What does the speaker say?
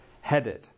headed